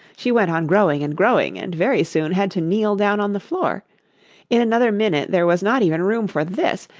she went on growing, and growing, and very soon had to kneel down on the floor in another minute there was not even room for this,